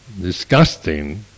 Disgusting